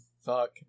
Fuck